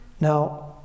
Now